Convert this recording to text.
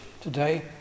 today